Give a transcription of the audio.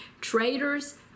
traitors